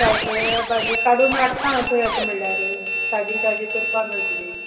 तायकिळ्या भाजी काडून हाडटा हांव तुं येता म्हळ्यार ताजी ताजी करपा मेळटली